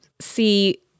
see